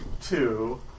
two